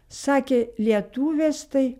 sakė lietuvės tai